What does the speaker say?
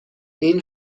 این